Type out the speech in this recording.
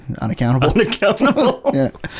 unaccountable